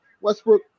Westbrook